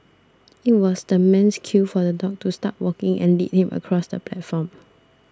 it was the man's cue for the dog to start walking and lead him across the platform